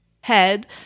head